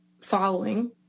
following